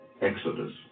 Exodus